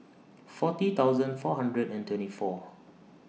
forty thousand four hundred and twenty four